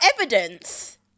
evidence